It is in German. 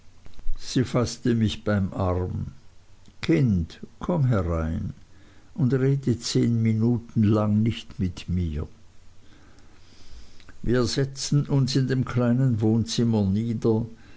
sie faßte mich beim arm kind komm herein und rede zehn minuten lang nicht mit mir wir setzten uns in dem kleinen wohnzimmer nieder